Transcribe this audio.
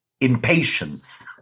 impatience